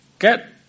Get